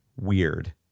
weird